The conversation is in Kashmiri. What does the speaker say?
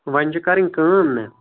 وۄنۍ چھِ کَرٕنۍ کٲم نا